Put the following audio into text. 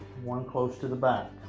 one close to the back.